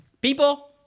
People